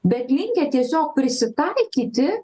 bet likę tiesiog prisitaikyti